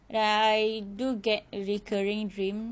like I do get recurring dream